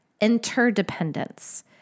interdependence